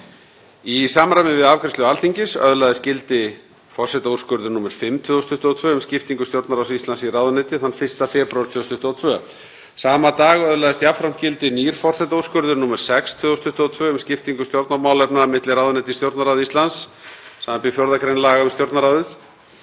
Í samræmi við afgreiðslu Alþingis öðlaðist gildi forsetaúrskurður nr. 5/2022 um skiptingu Stjórnarráðs Íslands í ráðuneyti þann 1. febrúar 2022. Sama dag öðlaðist jafnframt gildi nýr forsetaúrskurður, nr. 6/2022, um skiptingu stjórnarmálefna milli ráðuneyta í Stjórnarráði Íslands, samanber 4. gr. laga um Stjórnarráð